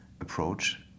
approach